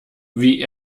wie